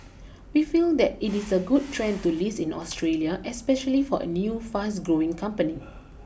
we feel that it is a good trend to list in Australia especially for a new fast growing company